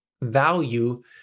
value